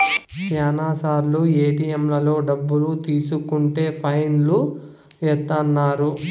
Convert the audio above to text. శ్యానా సార్లు ఏటిఎంలలో డబ్బులు తీసుకుంటే ఫైన్ లు ఏత్తన్నారు